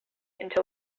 until